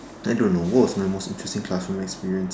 I don't know what was my most interesting classroom experience